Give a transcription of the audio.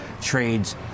trades